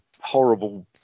horrible